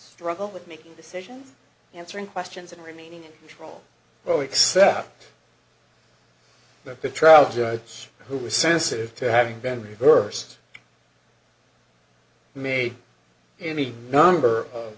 struggle with making decisions answering questions and remaining a troll well except that the trial judge who is sensitive to having been reversed may any number of